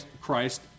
Christ